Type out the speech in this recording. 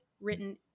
written